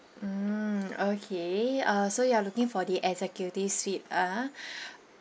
mm okay uh so you are looking for the executive suite ah